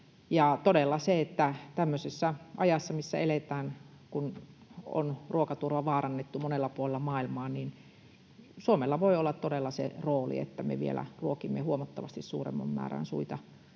Kun eletään tämmöisessä ajassa, missä ruokaturva on vaarannettu monella puolella maailmaa, Suomella voi todella olla se rooli, että me vielä ruokimme huomattavasti suuremman määrän suita